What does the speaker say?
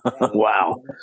wow